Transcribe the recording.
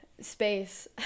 space